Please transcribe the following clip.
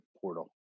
portal